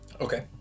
Okay